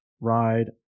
ride